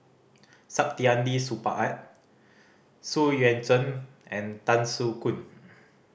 Saktiandi Supaat Xu Yuan Zhen and Tan Soo Khoon